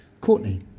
Courtney